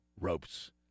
ropes